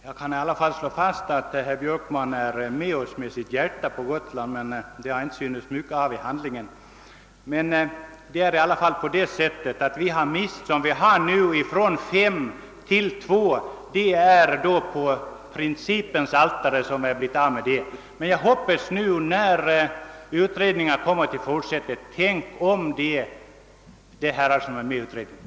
Jag kan i alla fall slå fast, herr talman, att herr Björkman i sitt hjärta är med oss på Gotland, även om det inte har märkts mycket av detta i handling. Det förhåller sig emellertid på det sättet, att vi har mist mandat — de har minskat från fem till två. Det är alltså på den heliga principens altare som vi har fått offra dem. Men jag hoppas ändå på en ändring, när nu utredningen fortsätter. Tänk om, ni som är med i utredningen!